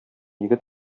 егет